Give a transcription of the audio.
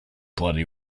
bloody